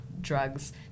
drugs